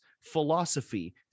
philosophy